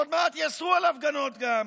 עוד מעט יאסרו על הפגנות גם.